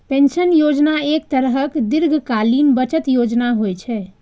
pension योजना एक तरहक दीर्घकालीन बचत योजना होइ छै